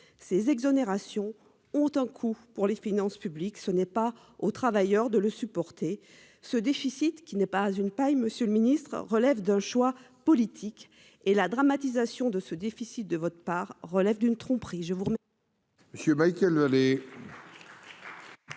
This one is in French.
Ces exonérations ont un coût pour les finances publiques, ce n'est pas aux travailleurs de le supporter ce déficit qui n'est pas une paille, Monsieur le Ministre, relève d'un choix politique et la dramatisation de ce déficit de votre part relève d'une tromperie.